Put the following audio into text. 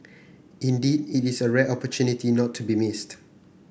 indeed it is a rare opportunity not to be missed